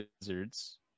wizards